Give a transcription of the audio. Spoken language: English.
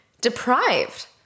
deprived